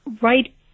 right